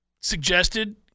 suggested